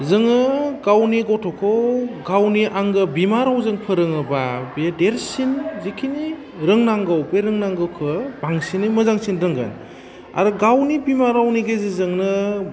जोङो गावनि गथ'खौ गावनि आंगो बिमा रावजों फोरोङोबा बे देरसिन जेखिनि रोंनांगौ बे रोंनांगौखौ बांसिनै मोजांसिन रोंगोन आरो गावनि बिमा रावनि गेजेरजोंनो